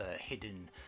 hidden